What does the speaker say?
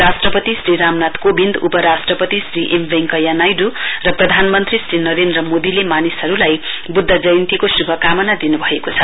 राष्ट्रपति श्री रामनाथ कोबिन्दउपराष्ट्रपति श्री एम वेंकैया नाइड् र प्रधानमन्त्री श्री नरेन्द्र मोदीले मानिसहरुलाई बुद्ध जयन्तीको शुभकामना दिनुभएको छ